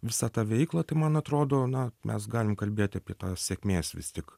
visą tą veiklą tai man atrodo na mes galim kalbėti apie tą sėkmės vis tik